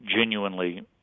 genuinely